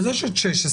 אז יש את 16,